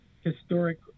historic